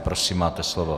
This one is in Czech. Prosím, máte slovo.